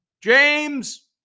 James